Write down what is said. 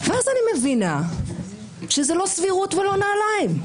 ואז אני מבינה שזה לא סבירות ולא נעליים,